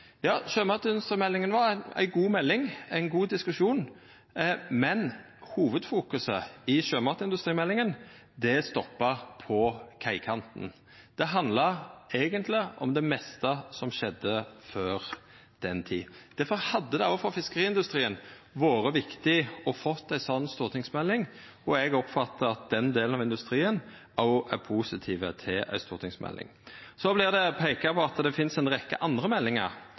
Ja, sjømatindustrimeldinga var ei god melding, ein god diskusjon. Men hovudfokuset i sjømatindustrimeldinga stoppa på kaikanten. Det handla eigentleg mest om det som skjedde før den tid. Difor hadde det òg for fiskeriindustrien vore viktig å få ei slik stortingsmelding, og eg oppfattar at den delen av industrien er positiv til ei stortingsmelding. Det vert òg peika på at det finst ei rekkje andre meldingar.